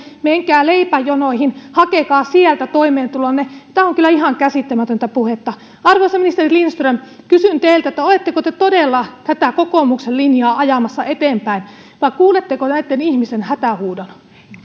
menkää leipäjonoihin hakekaa sieltä toimeentulonne tämä on kyllä ihan käsittämätöntä puhetta arvoisa ministeri lindström kysyn teiltä oletteko te todella tätä kokoomuksen linjaa ajamassa eteenpäin vai kuuletteko näitten ihmisten hätähuudon